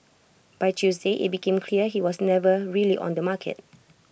by Tuesday IT became clear he was never really on the market